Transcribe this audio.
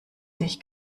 sich